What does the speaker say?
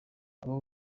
aba